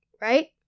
right